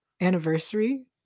anniversary